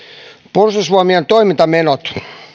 puolustusvoimien toimintamenot